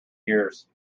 years